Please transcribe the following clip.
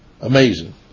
Amazing